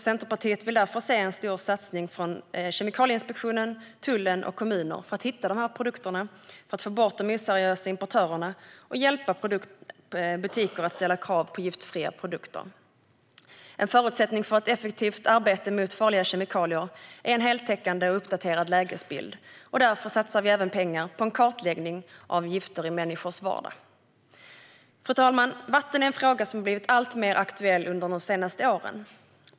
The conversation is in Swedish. Centerpartiet vill därför se en stor satsning från Kemikalieinspektionen, tullen och kommunerna för att hitta dessa produkter, få bort de oseriösa importörerna och hjälpa butiker att ställa krav på giftfria produkter. En förutsättning för ett effektivt arbete mot farliga kemikalier är en heltäckande och uppdaterad lägesbild. Därför satsar vi även pengar på en kartläggning av gifter i människors vardag. Fru talman! Vatten är en fråga som blivit alltmer aktuell under de senaste åren.